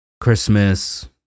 Christmas